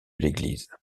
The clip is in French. l’église